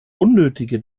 unnötige